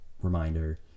reminder